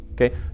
okay